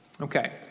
Okay